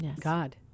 God